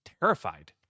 terrified